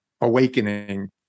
awakening